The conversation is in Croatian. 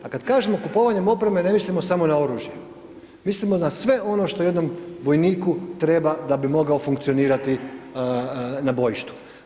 A kada kažemo kupovanjem opreme, ne mislimo samo na oružje, mislimo na sve što jednom vojniku treba da bi mogao funkcionirati na bojištu.